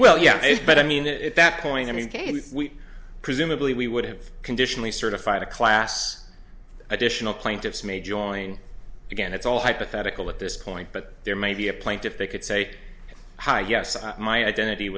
well yes but i mean at that point i mean again if we presumably we would have conditionally certified a class additional plaintiffs may join again it's all hypothetical at this point but there may be a plaintiff they could say hi yes my identity